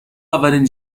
اولین